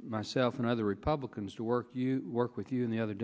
myself and other republicans to work you work with you on the other